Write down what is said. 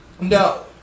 no